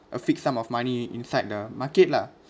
a fixed sum of money inside the market lah